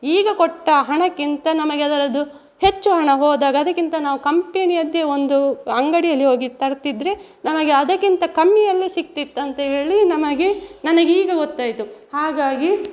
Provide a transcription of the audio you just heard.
ಈಗ ಕೊಟ್ಟ ಹಣಕ್ಕಿಂತ ನಮಗೆ ಅದರದ್ದು ಹೆಚ್ಚು ಹಣ ಹೋದಾಗ ಅದಕ್ಕಿಂತ ನಾವು ಕಂಪೆನಿಯದ್ದೇ ಒಂದು ಅಂಗಡಿಯಲ್ಲಿ ಹೋಗಿ ತರ್ತಿದ್ದರೆ ನಮಗೆ ಅದಕ್ಕಿಂತ ಕಮ್ಮಿಯಲ್ಲಿ ಸಿಕ್ತಿತ್ತಂಥೇಳಿ ನಮಗೆ ನನಗೀಗ ಗೊತ್ತಾಯಿತು ಹಾಗಾಗಿ